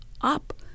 up